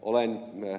olen ed